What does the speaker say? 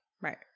Right